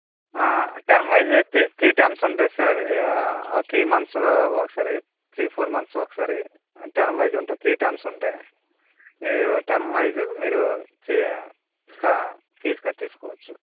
term wise అయితే three terms ఉంటాయి sir ఆ త్రీ మంత్స్ కి ఒకసారి త్రీ ఫోర్ మంత్స్ కి ఒకసారి టెర్మ్ వైస్ ఉంటాయి త్రీ టెర్మ్స్ ఉంటాయి ఈ టెర్మ్ వైసు మీరు ఫీ కా ఫీజు కట్టేసుకోవచ్చు